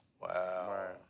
Wow